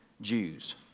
Jews